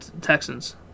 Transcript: Texans